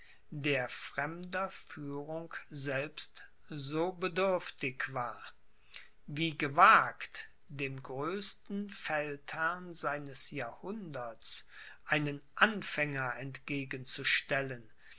der fremder führung selbst so bedürftig war wie gewagt dem größten feldherrn seines jahrhunderts einen anfänger entgegen